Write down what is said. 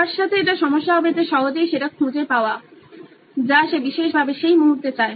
তার সাথে এটা সমস্যা হবে যে সহজেই সেটা খুঁজে পাওয়া যা সে বিশেষভাবে সেই মুহূর্তে চায়